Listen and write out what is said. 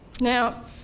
Now